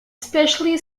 especially